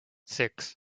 six